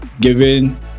given